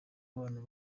abantu